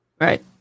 Right